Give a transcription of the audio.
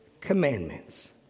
commandments